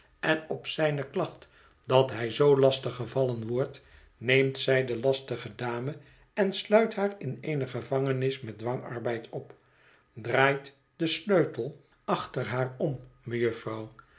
en op zijne klacht dat hij zoo lastig gevallen wordt neemt zij de lastige dame en sluit haar in eene gevangenis met dwangarbeid op draait den sleutel achter haar om